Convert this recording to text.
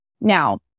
Now